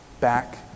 back